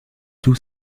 tout